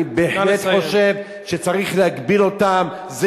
אני בהחלט חושב שצריך להגביל אותם.